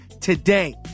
today